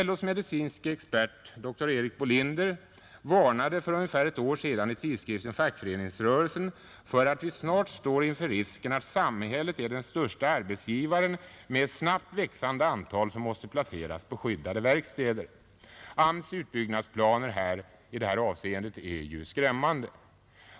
LO:s medicinske expert dr Erik Bolinder varnade för ungefär ett år sedan i tidskriften Fackföreningsrörelsen för att vi snart står inför risken att samhället är den största arbetsgivaren med ett snabbt växande antal som måste placeras på skyddade verkstäder. AMS:s utbyggnadsplaner i detta avseende är skrämmande.